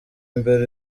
imbere